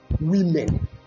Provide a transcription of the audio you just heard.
women